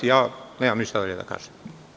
Ja nema ništa dalje da kažem.